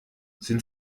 sind